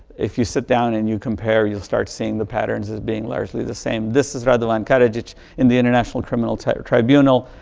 if you sit down and you compare, you start seeing the patterns as being largely the same. this is radovan karadzic in the international criminal tribunal.